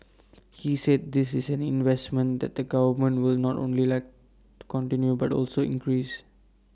he said this is an investment that the government will not only let continue but also increase